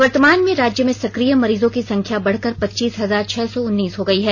वर्तमान में राज्य में सकिय मरीजों की संख्या बढ़कर पच्चीस हजार छह सौ उन्नीस हो गई है